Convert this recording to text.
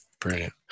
Brilliant